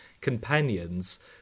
companions